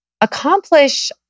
accomplish